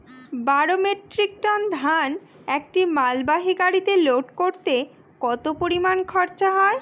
বারো metric ton ধান একটি মালবাহী গাড়িতে লোড করতে কতো পরিমাণ খরচা হয়?